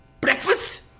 breakfast